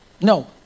No